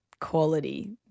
quality